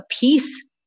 peace